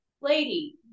lady